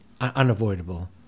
unavoidable